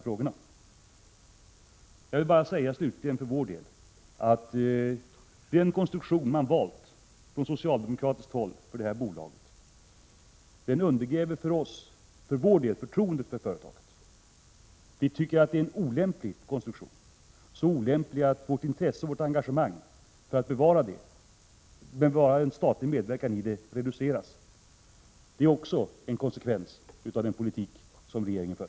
Slutligen vill jag för folkpartiets del säga, att den konstruktion som man på socialdemokratiskt håll har valt för OKP undergräver förtroendet för företaget. Vi tycker att det är en olämplig konstruktion, så olämplig att vårt engagemang för att bevara en statlig medverkan i det reduceras. Det är en konsekvens av den politik som regeringen för.